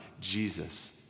Jesus